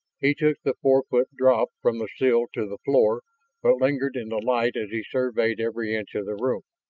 he took the four-foot drop from the sill to the floor but lingered in the light as he surveyed every inch of the room.